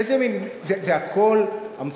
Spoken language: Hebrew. איזה מין זה הכול המצאות.